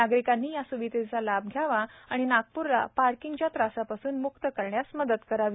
नागरिकांनी या सुविधेचा लाभ घ्यावा आणि नागपूरला पार्किंगच्या त्रासापासून मुक्त करण्यास मदत करावी